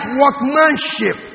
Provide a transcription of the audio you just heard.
workmanship